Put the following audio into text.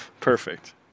Perfect